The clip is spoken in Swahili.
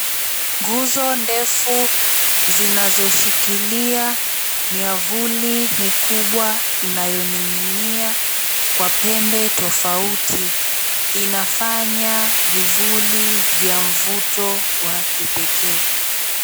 Nguzo ndefu zinashoshikili miavuli mikubwa inayoning'inia kwa pembe tofauti inafanya vivuli vya mvuto wa kipekee.